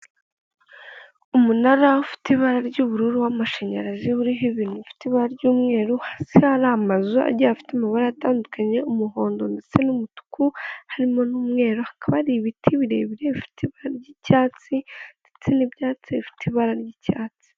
Umunara ufite ibara ry'ubururu w'amashanyarazi, uriho ifite ibara ry'umweru hasi hari amazu agira afite amabara atandukanye, umuhondo ndetse n'umutuku, harimo n'umweru hakaba hari ibiti birebire bifite ibara ry'icyatsi ndetse n'ibyatsi bifite ibara ry'icyatsi.